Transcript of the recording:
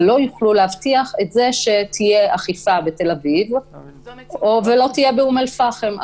אבל לא יוכלו להבטיח את זה שתהיה אכיפה בתל-אביב ולא תהיה באום אל-פחם.